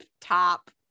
top